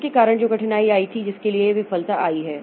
इसके कारण जो कठिनाई आई थी जिसके लिए यह विफलता आई है